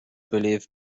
belief